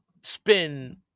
Spin